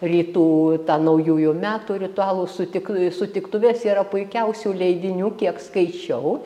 rytų tą naujųjų metų ritualų sutik sutiktuvės yra puikiausių leidinių kiek skaičiau